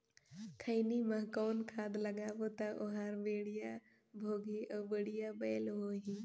खैनी मा कौन खाद लगाबो ता ओहार बेडिया भोगही अउ बढ़िया बैल होही?